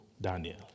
Daniel